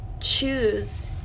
choose